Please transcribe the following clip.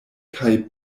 kaj